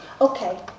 Okay